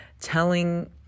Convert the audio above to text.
telling